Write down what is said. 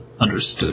understood